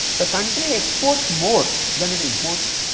the country exports more than it imports